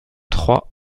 trois